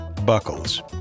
buckles